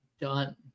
done